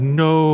no